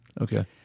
Okay